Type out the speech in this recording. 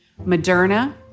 Moderna